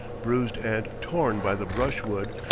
bruised and torn by the brushwood,